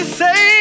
say